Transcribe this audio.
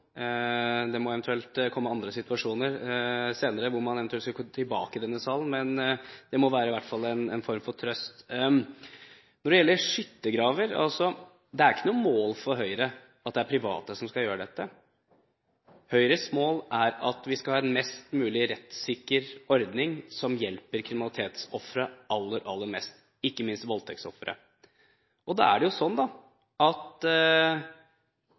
Det må eventuelt komme andre situasjoner senere når man eventuelt skulle komme tilbake til denne salen. Det kan i hvert fall være en form for trøst. Når det gjelder skyttergraver: Det er ikke noe mål for Høyre at det er private som skal gjøre dette. Høyres mål er at vi skal ha en mest mulig rettssikker ordning som hjelper kriminalitetsofre aller, aller mest – ikke minst voldtektsofre. Da er det sånn at